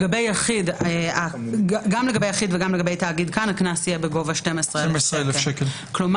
גם לגבי יחיד וגם לגבי תאגיד כאן הקנס יהיה בגובה 12,000 שקל.